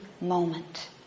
moment